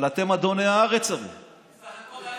אבל אתם אדוני הארץ, הרי, בסך הכול אזרחים.